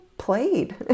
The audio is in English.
played